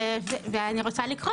אני רוצה לקרוא